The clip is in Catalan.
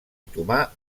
otomà